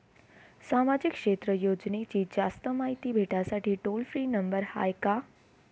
सामाजिक क्षेत्र योजनेची जास्त मायती भेटासाठी टोल फ्री नंबर हाय का?